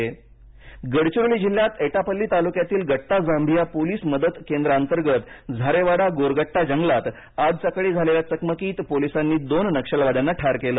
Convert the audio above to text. नक्षलवादी गडचिरोली गडचिरोली जिल्ह्यात एटापल्ली तालुक्यातील गट्टा जांभिया पोलिस मदत केंद्रांतर्गत झारेवाडा गोरगट्टा जंगलात आज सकाळी झालेल्या चकमकीत पोलिसांनी दोन नक्षलवाद्यांना ठार केलं